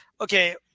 Okay